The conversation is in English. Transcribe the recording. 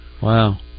Wow